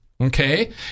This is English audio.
Okay